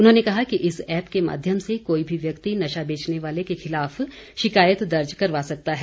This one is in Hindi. उन्होंने कहा कि इस ऐप के माध्यम से कोई भी व्यक्ति नशा बेचने वाले के खिलाफ शिकायत दर्ज करवा सकता है